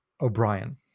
o'brien